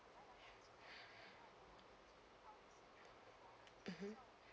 mmhmm